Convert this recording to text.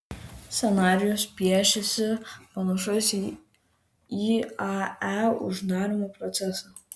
scenarijus piešiasi panašus į iae uždarymo procesą